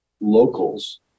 locals